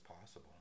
possible